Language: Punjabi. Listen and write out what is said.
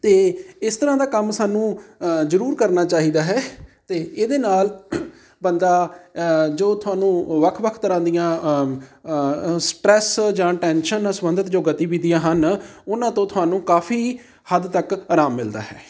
ਅਤੇ ਇਸ ਤਰ੍ਹਾਂ ਦਾ ਕੰਮ ਸਾਨੂੰ ਜ਼ਰੂਰ ਕਰਨਾ ਚਾਹੀਦਾ ਹੈ ਅਤੇ ਇਹਦੇ ਨਾਲ ਬੰਦਾ ਜੋ ਤੁਹਾਨੂੰ ਵੱਖ ਵੱਖ ਤਰ੍ਹਾਂ ਦੀਆਂ ਸਟਰੈੱਸ ਜਾਂ ਟੈਨਸ਼ਨ ਨਾਲ ਸੰਬੰਧਿਤ ਜੋ ਗਤੀਵਿਧੀਆਂ ਹਨ ਉਹਨਾਂ ਤੋਂ ਤੁਹਾਨੂੰ ਕਾਫੀ ਹੱਦ ਤੱਕ ਆਰਾਮ ਮਿਲਦਾ ਹੈ